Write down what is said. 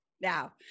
Now